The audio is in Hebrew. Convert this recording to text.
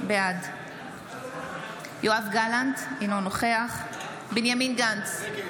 בעד יואב גלנט, אינו נוכח בנימין גנץ,